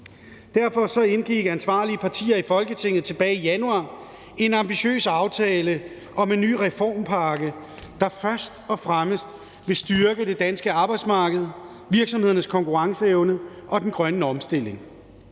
Derfor indgik ansvarlige partier i Folketinget tilbage i januar en ambitiøs aftale om en ny reformpakke, der først og fremmest vil styrke det danske arbejdsmarked, virksomhedernes konkurrenceevne og den grønne omstilling.